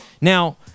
now